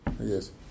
Yes